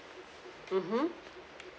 mmhmm